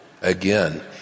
Again